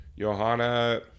Johanna